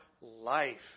life